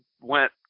went